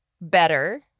better